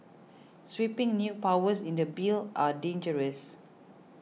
sweeping new powers in the bill are dangerous